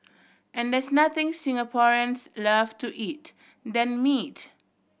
and there's nothing Singaporeans love to eat than meat